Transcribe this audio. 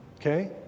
Okay